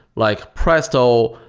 like presto,